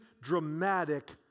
dramatic